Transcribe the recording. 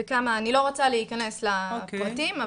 אני לא רוצה להיכנס לפרטים,